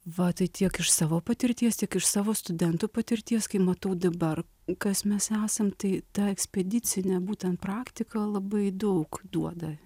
va tai tiek iš savo patirties tiek iš savo studentų patirties kai matau dabar kas mes esam tai ta ekspedicinė būtent praktika labai daug duoda